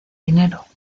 dinero